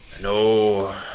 No